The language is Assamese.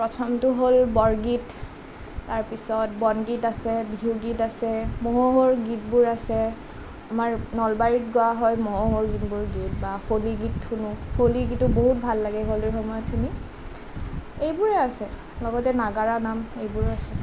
প্ৰথমটো হ'ল বৰগীত তাৰপিছত বনগীত আছে বিহুগীত আছে মহোহোৰ গীতবোৰ আছে আমাৰ নলবাৰীত গোৱা হয় মহোহোৰ যোনবোৰ গীত বা হোলী গীত শুনো হোলী গীতো বহুত ভাল লাগে হোলীৰ সময়ত শুনি এইবোৰে আছে লগতে নাগাৰা নাম এইবোৰো আছে